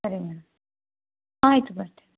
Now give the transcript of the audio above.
ಸರಿ ಮೇಡಂ ಆಯಿತು ಬರ್ತೀನಿ